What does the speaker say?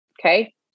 Okay